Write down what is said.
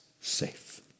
safe